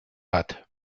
hat